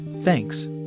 Thanks